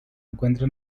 encuentra